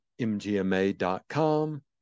mgma.com